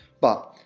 but,